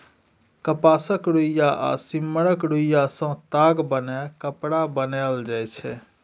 कपासक रुइया आ सिम्मरक रूइयाँ सँ ताग बनाए कपड़ा बनाएल जाइ छै